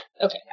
Okay